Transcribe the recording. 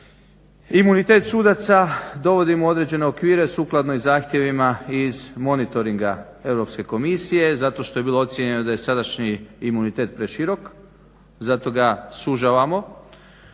Imunitet sudaca dovodimo u određene okvire sukladno i zahtjevima iz monitoringa Europske Komisije, zato što je bilo ocijenjeno da je sadašnji imunitet preširok, zato ga sužavamo,